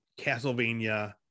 Castlevania